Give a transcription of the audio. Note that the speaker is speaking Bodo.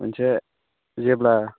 मोनसे जेब्ला